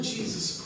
Jesus